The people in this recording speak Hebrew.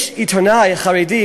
יש עיתונאי חרדי,